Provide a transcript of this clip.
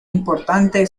importante